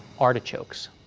artichokes.